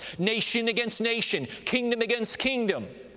nation against nation, kingdom against kingdom.